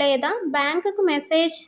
లేదా బ్యాంకుకు మెసేజ్